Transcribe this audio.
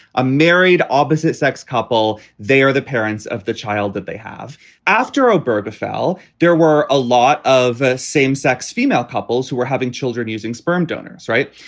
a married opposite sex couple. they are the parents of the child that they have after oberg afoul. there were a lot of same sex female couples who were having children using sperm donors. right.